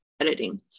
editing